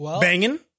banging